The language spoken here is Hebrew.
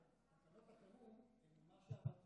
כן,